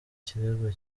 kirego